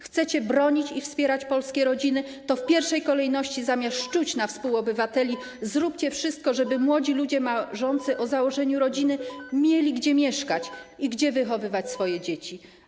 Chcecie bronić i wspierać polskie rodziny, to w pierwszej kolejności zamiast szczuć na współobywateli, zróbcie wszystko, żeby młodzi ludzie marzący o założeniu rodziny mieli gdzie mieszkać i gdzie wychowywać swoje dzieci.